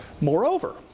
Moreover